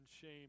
shame